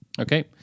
Okay